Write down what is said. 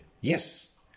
Yes